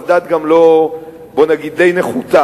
אז דת גם די נחותה,